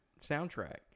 soundtrack